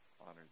Honored